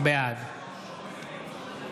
בעד